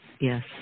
yes